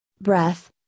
breath